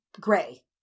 gray